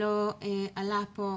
לא עלה פה.